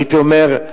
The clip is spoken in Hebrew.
הייתי אומר,